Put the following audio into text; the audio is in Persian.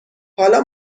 حالا